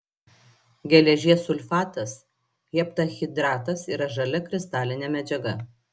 geležies sulfatas heptahidratas yra žalia kristalinė medžiaga